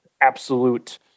Absolute